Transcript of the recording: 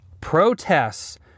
protests